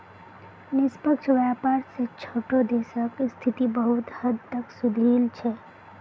निष्पक्ष व्यापार स छोटो देशक स्थिति बहुत हद तक सुधरील छ